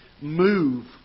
move